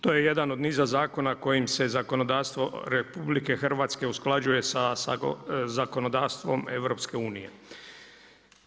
To je jedan od niza zakona kojim se zakonodavstvo RH usklađuje sa zakonodavstvom EU-a.